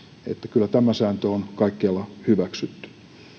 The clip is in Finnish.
kyllä tämä sääntö on kaikkialla hyväksytty